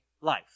life